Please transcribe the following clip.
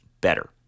better